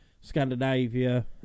Scandinavia